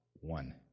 one